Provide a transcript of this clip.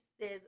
says